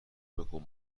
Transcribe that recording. بکن